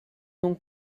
donc